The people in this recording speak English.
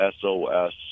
SOS